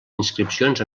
inscripcions